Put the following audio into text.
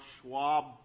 Schwab